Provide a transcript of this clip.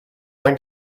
going